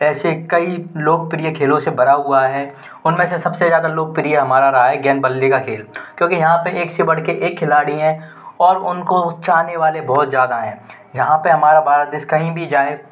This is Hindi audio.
ऐसे कई लोकप्रिय खेलों से भरा हुआ है उन में से सब से ज़्यादा लोकप्रिय हमारा रहा है गेंद बल्ले का खेल क्योंकि यहाँ पर एक से बढ़ के एक खिलाड़ी हैं और वो उनको चाहने वाले बहुत ज़्यादा हैं जहाँ पर हमारा भारत देश कहीं भी जाए